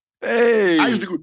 Hey